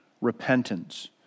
repentance